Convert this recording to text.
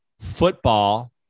football